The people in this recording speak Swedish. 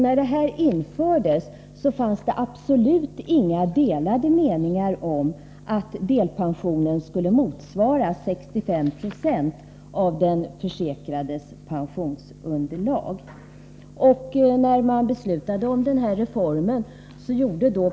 När delpensionen infördes, fanns det absolut inga delade meningar om att den skulle motsvara 65 90 av den försäkrades pensionsunderlag.